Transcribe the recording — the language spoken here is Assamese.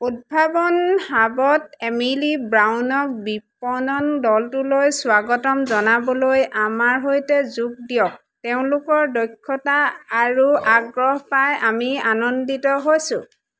উদ্ভাৱন হাবত এমিলি ব্ৰাউনক বিপণন দলটোলৈ স্বাগতম জনাবলৈ আমাৰ সৈতে যোগ দিয়ক তেওঁলোকৰ দক্ষতা আৰু আগ্ৰহ পাই আমি আনন্দিত হৈছোঁ